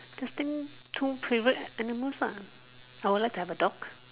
testing two favourite animals lah I would like to have a dog